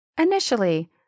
Initially